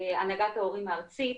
הנהגת ההורים הארצית,